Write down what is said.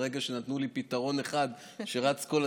ברגע שנתנו לי פתרון אחד שרץ כל הדרך,